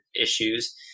issues